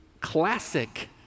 classic